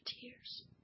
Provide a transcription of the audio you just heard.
Tears